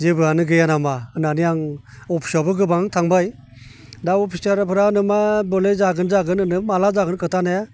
जेबोआनो गैया नामा होननानै आं अफिसावबो गोबां थांबाय दा अफिसाराफोरा होनो मा बले जागोन जागोन होनो माला जागोन खोन्थानाया